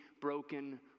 broken